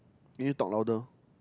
you need talk louder